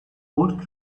old